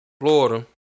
Florida